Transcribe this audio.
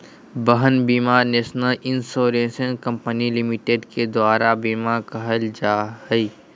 वाहन बीमा national insurance company limited के दुआर बीमा कहल जाहइ